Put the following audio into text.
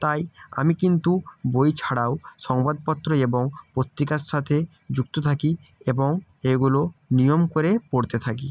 তাই আমি কিন্তু বই ছাড়াও সংবাদপত্র এবং পত্রিকার সাথে যুক্ত থাকি এবং এইগুলো নিয়ম করে পড়তে থাকি